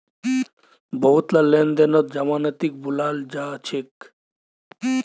बहुतला लेन देनत जमानतीक बुलाल जा छेक